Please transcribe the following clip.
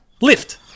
Lift